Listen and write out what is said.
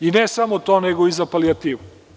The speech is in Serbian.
I ne samo za to, nego i za palijativu.